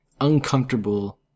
uncomfortable